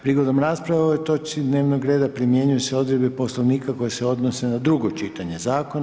Prigodom rasprave o ovoj točki dnevnog reda primjenjuju se odredbe Poslovnika koje se odnose na drugo čitanje zakona.